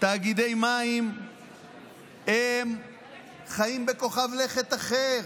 תאגידי מים חיים בכוכב לכת אחר,